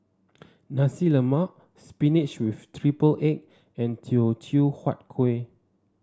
Nasi Lemak spinach with triple egg and Teochew Huat Kuih